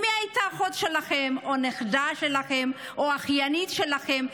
אם היא הייתה אחות שלכם או נכדה שלכם או אחיינית שלכם,